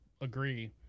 agree